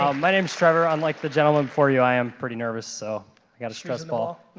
um my name's trevor. unlike the gentleman before you. i am pretty nervous, so i got a stress ball